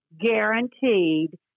guaranteed